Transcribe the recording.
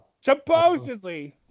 Supposedly